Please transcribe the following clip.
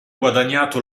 guadagnato